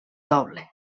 doble